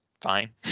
fine